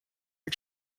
are